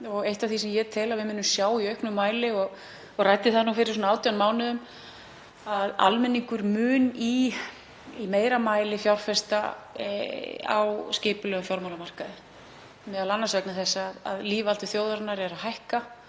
Eitt af því sem ég tel að við munum sjá í auknum mæli, og ég ræddi það fyrir svona 18 mánuðum, er að almenningur mun í meira mæli fjárfesta á skipulögðum fjármálamarkaði, m.a. vegna þess að lífaldur þjóðarinnar er að hækka